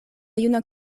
juna